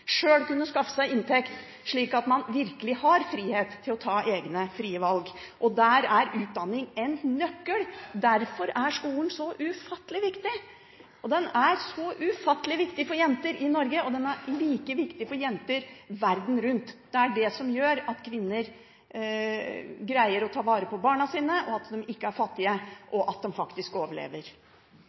sjøl kunne skaffe seg inntekt, slik at man virkelig har frihet til å ta egne, frie valg. Der er utdanning en nøkkel, og derfor er skolen så ufattelig viktig. Den er ufattelig viktig for jenter i Norge, og den er like viktig for jenter verden rundt. Det er det som gjør at kvinner greier å ta vare på barna sine, at de ikke er fattige, og at de faktisk overlever.